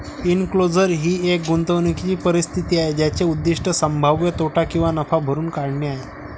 enclosure ही एक गुंतवणूकीची परिस्थिती आहे ज्याचे उद्दीष्ट संभाव्य तोटा किंवा नफा भरून काढणे आहे